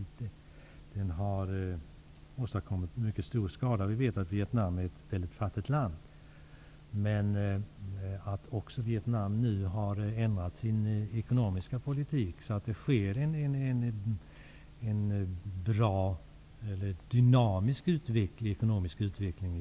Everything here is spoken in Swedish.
Översvämningarna har åstadkommit mycket stor skada, och vi vet att Vietnam är ett mycket fattigt land. Vietnam har nu också har ändrat sin ekonomiska politik så att det sker en dynamisk ekonomisk utveckling.